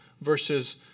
versus